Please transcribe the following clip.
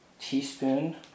teaspoon